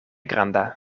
granda